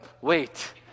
wait